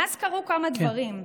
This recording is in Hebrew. מאז קרו כמה דברים.